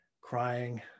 crying